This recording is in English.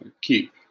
Keep